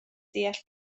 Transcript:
deall